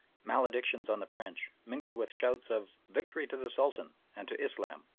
maledictions on the french, mingled with shouts of victory to the sultan and to islam.